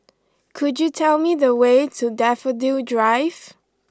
could you tell me the way to Daffodil Drive